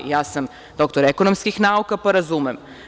Ja sam doktor ekonomskih nauka, pa razumem.